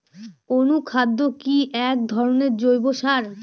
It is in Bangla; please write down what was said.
অনুখাদ্য কি এক ধরনের জৈব সার?